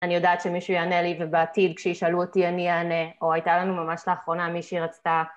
אני יודעת שמישהו יענה לי, ובעתיד כשישאלו אותי, אני אענה, או הייתה לנו ממש לאחרונה מישהי רצתה...